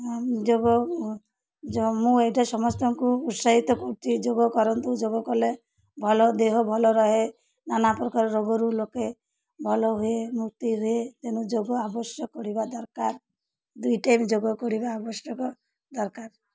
ଯୋଗ ମୁଁ ଏଇଟା ସମସ୍ତଙ୍କୁ ଉତ୍ସାହିତ କରୁଛି ଯୋଗ କରନ୍ତୁ ଯୋଗ କଲେ ଭଲ ଦେହ ଭଲ ରହେ ନାନା ପ୍ରକାର ରୋଗରୁ ଲୋକେ ଭଲ ହୁଏ ମୁକ୍ତି ହୁଏ ତେଣୁ ଯୋଗ ଆବଶ୍ୟକ କରିବା ଦରକାର ଦୁଇ ଟାଇମ୍ ଯୋଗ କରିବା ଆବଶ୍ୟକ ଦରକାର